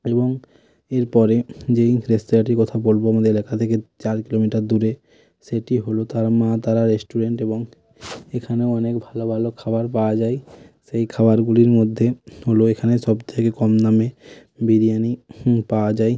এবং এরপরে যেই রেস্তোরাঁটির কথা বলবো আমাদের এলাকা থেকে চার কিলোমিটার দূরে সেটি হলো তারা মা তারা রেস্টুরেন্ট এবং এখানেও অনেক ভালো ভালো খাবার পাওয়া যায় সেই খাবারগুলির মধ্যে হলো এখানে সব থেকে কম দামে বিরিয়ানি পাওয়া যায়